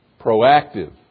Proactive